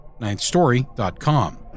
ninthstory.com